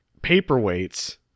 paperweights